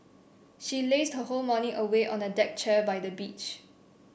she lazed her whole morning away on a deck chair by the beach